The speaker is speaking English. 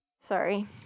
Sorry